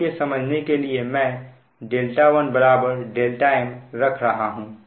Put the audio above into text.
आपके समझने के लिए मैं 1 δm रख रहा हूं